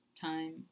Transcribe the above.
time